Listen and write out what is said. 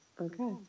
Okay